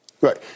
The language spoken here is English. Right